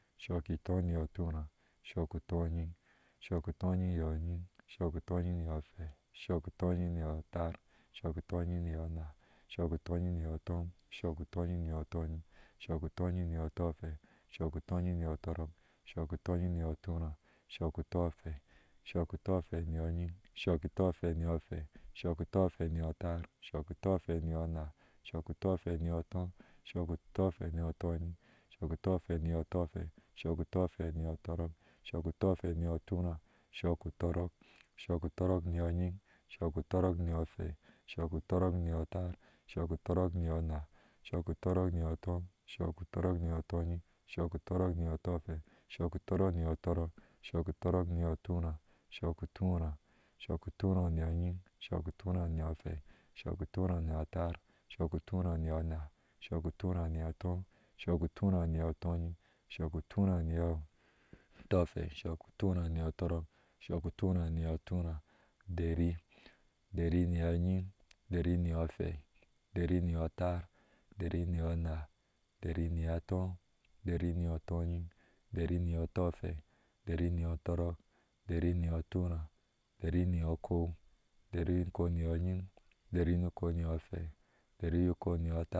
Shukutɔnyiŋ niyɔɔ tura shuku tɔyin shukuto nyiŋ niyɔɔ byiŋ shukuɔnyiŋ niyɔɔ af shukutɔnyiŋ niyɔɔ atar, shukutɔnyinnyɔɔ ana shukutɔnyiŋ niyɔɔ atɔɔ, shukutɔyiŋ nibɔɔ tɔnyɨŋ, shukutɔnyiŋ niyɔɔ tofei, shukutɔyiŋ niyɔɔ tɔrɔk shuku in yiŋ niyɔɔ tura shukutofei shukutɔfei niyɔɔ nyiŋ shukutɔfei niyɔɔafei, shukutɔfei niyɔɔ atar shuku tofai niyɔɔ ana shukutɔrafei niyoɔ atɔ́ɔ́. shukútɔ́fei niyɔɔ tɔnyiŋshukutɔfe niyɔɔ tɔfei shukufei niyɔɔ tɔrɔkshukutɔfei niyɔɔ túrá, shukutɔrɔk shukubrɔk niyɔɔ niyiŋshou utɔrɔk niyɔɔ afei, shukobrɔk niyɔɔl atar shuku tɔrɔk niyɔɔ ana, shukubrɔk niyɔɔ atɔɔ shukutɔrɔk niyɔɔ tɔnyiŋ shukutɔrɔk niyɔɔ tɔfei, shukutɔrɔk niyɔɔ tɔrɔk shukutɔrɔk niyɔɔ tura shukutura, shukutura niyɔɔ niyŋm shukutura niyɔɔ ofei shukutura niyɔɔ atar, shukutura niyɔɔ ana shukutura niyɔɔ atɔɔ shukutura niyɔɔ tɔ́nyiŋ, shukurura niyɔɔ tɔra shukurúra niyɔɔ torok shukutura niyɔɔ tura udri udari miyɔɔ nyioŋ u dari niyɔɔ afei, dari ni yɔɔ atar dari niyɔɔ ana, dari niyɔɔ ana dari atɔɔ dari niyɔɔ tɔnyiŋan niyɔ tufei, dari niyɔɔ tɔrɔk, dari niyɔɔ tira dari niyŋ ukow, dari ukow niyŋ nyiŋ, dari ukow niyŋ afed, dari ukow